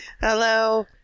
Hello